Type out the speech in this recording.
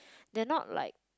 they're not like